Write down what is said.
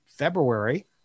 February